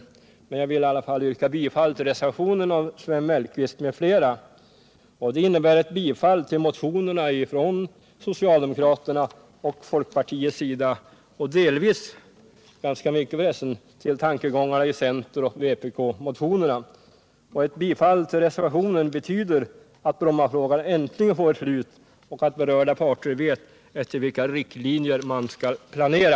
Jag vill emellertid yrka bifall till reservationen av Sven Mellqvist m.fl. Det innebär bifall till motionerna från socialdemokraterna och folkpartiet och ett godkännande i stora delar av tankegångar i centeroch vpk-motionerna. Ett bifall till reservationen betyder att Brommafrågan äntligen får ett slut och att berörda parter vet efter vilka riktlinjer de skall planera.